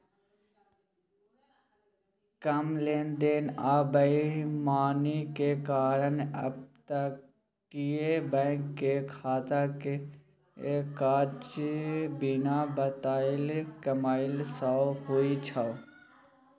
कम लेन देन आ बेईमानी के कारण अपतटीय बैंक के खाता के काज बिना बताएल कमाई सँ होइ छै